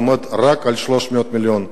ועומד רק על 300 מיליון שקל.